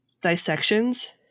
dissections